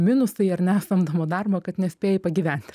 minusai ar ne samdomo darbo kad nespėji pagyventi